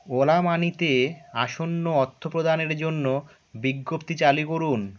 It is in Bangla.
ওলা মানিতে আসন্ন অর্থপ্রদানের জন্য বিজ্ঞপ্তি চালু করুন